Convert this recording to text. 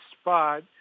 spot